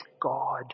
God